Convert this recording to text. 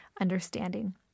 understanding